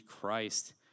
Christ